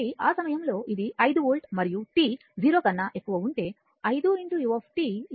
కాబట్టి ఆ సమయంలో ఇది 5 వోల్ట్ మరియు t 0 కన్నా ఎక్కువ ఉంటే 5 u 5 వోల్ట్ ఉంటుంది